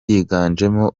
yiganjemo